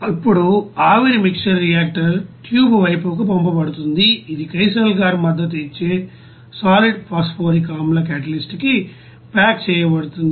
ఇప్పుడు ఆవిరి mixer reactor tube వైపుకు పంపబడుతుంది ఇది kieselguhr మద్దతు ఇచ్చే సాలిడ్ ఫాస్పోరిక్ ఆమ్ల క్యాటలిస్ట్ కి ప్యాక్ చేయబడుతుంది